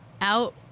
out